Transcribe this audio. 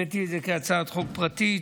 הבאתי את זה כהצעת חוק פרטית,